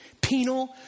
penal